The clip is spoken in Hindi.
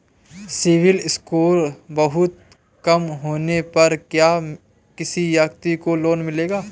सिबिल स्कोर बहुत कम होने पर क्या किसी व्यक्ति को लोंन मिलेगा?